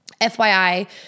FYI